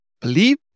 believe